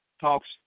talks